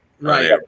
Right